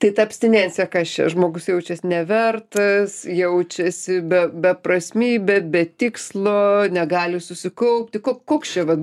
tai ta abstinencija kas čia žmogus jaučias nevertas jaučiasi be beprasmybę be tikslo negali susikaupti kok koks čia vat